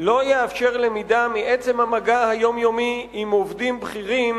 לא יאפשר למידה מעצם המגע היומיומי עם עובדים בכירים